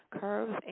Curves